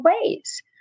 ways